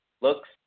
looks –